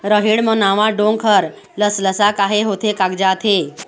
रहेड़ म नावा डोंक हर लसलसा काहे होथे कागजात हे?